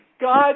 God